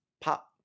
pop